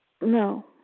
No